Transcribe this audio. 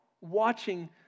watching